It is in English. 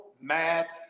math